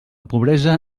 pobresa